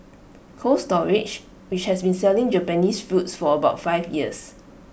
cold storage which has been selling Japanese fruits for about five years